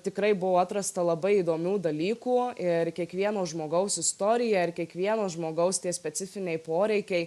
tikrai buvo atrasta labai įdomių dalykų ir kiekvieno žmogaus istorija ir kiekvieno žmogaus tie specifiniai poreikiai